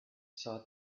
saw